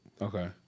Okay